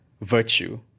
virtue